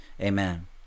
amen